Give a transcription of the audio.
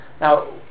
now